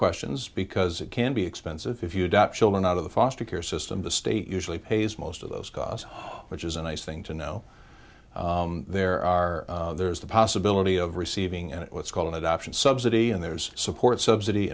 questions because it can be expensive if you adopt children out of the foster care system the state usually pays most of those costs which is a nice thing to know there are there is the possibility of receiving and what's called an adoption subsidy and there's support subsidy